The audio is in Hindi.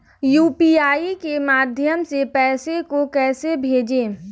यू.पी.आई के माध्यम से पैसे को कैसे भेजें?